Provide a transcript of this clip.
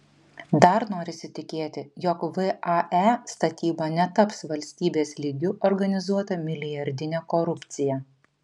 dar norisi tikėti jog vae statyba netaps valstybės lygiu organizuota milijardine korupcija